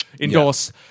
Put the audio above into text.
Endorse